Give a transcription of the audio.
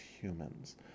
humans